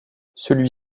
celui